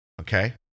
okay